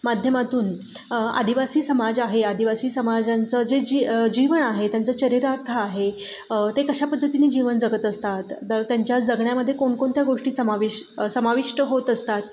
माध्यमातून आदिवासी समाज आहे आदिवासी समाजांचं जे जी जीवन आहे त्यांचं चरितार्थ आहे ते कशा पद्धतीने जीवन जगत असतात दर त्यांच्या जगण्यामध्ये कोणकोणत्या गोष्टी समाविष्ट समाविष्ट होत असतात